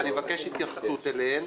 ואני מבקש התייחסות אליהן.